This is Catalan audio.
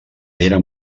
era